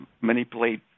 manipulate